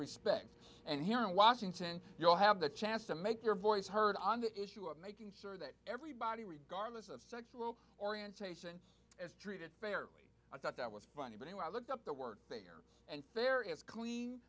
respect and here in washington you'll have the chance to make your voice heard on the issue of making sure that everybody regardless of sexual orientation is treated fair i thought that was funny when i looked up the word there and there is clea